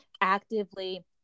actively